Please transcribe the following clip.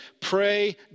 pray